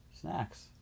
Snacks